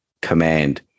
command